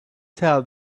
tell